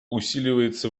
усиливается